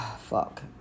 fuck